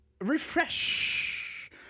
refresh